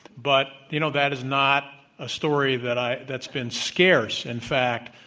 but, you know, that is not a story that i, that's been scarce. in fact,